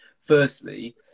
Firstly